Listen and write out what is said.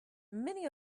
many